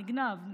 נגנב,